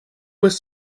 was